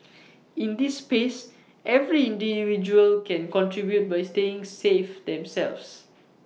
in this space every individual can contribute by staying safe themselves